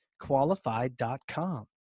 qualified.com